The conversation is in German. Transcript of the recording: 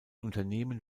unternehmen